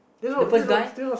the first guy